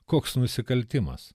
koks nusikaltimas